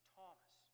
Thomas